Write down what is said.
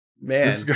Man